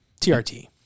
TRT